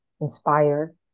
inspired